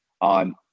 on